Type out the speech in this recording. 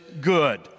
good